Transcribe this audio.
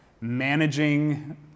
managing